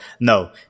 No